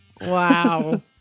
Wow